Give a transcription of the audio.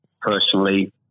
personally